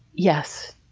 yes,